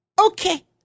Okay